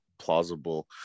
plausible